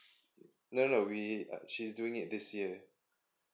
no no we uh she's doing it this year